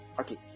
Okay